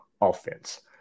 offense